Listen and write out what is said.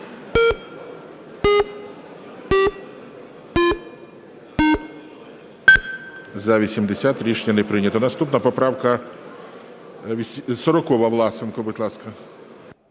За-80 Рішення не прийнято. Наступна поправка 40. Власенко, будь ласка.